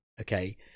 okay